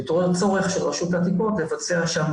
התעורר צורך של רשות העתיקות לבצע שם